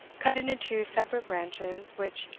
cut into two separate branches, which,